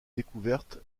découverte